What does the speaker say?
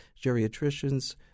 geriatricians